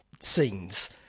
scenes